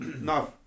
no